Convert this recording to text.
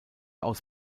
aus